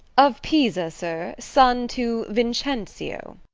of pisa, sir son to vincentio.